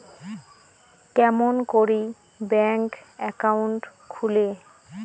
কেমন করি bank account খুলে?